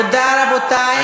תודה, רבותי.